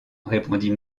répondit